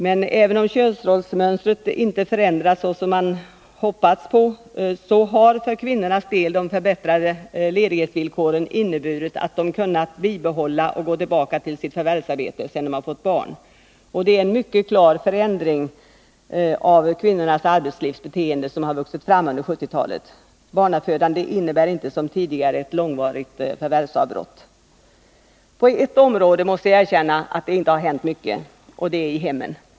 Men även om könsrollsmönstret inte förändrats som man hoppats så har för kvinnornas del de förbättrade ledighetsvillkoren inneburit att de kunnat behålla och gå tillbaka till sitt förvärvsarbete sedan de fått barn. Det är en mycket klar förändring av kvinnornas arbetslivsbeteende som vuxit fram under 1970-talet. Barnafödande innebär inte som tidigare ett långvarigt förvärvsavbrott. På ett område måste jag erkänna att det inte hänt mycket. Det är i hemmen.